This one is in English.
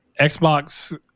Xbox